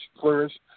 flourish